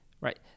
Right